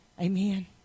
Amen